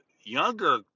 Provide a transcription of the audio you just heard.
younger